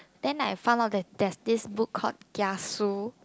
then I found out that there's this book called kiasu